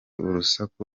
urusaku